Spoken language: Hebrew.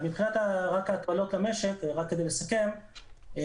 מבחינת ההקלות למשק,